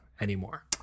anymore